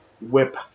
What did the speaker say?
Whip